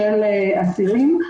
של אסירים,